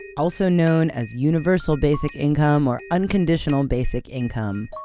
also known as universal basic income or unconditional basic income,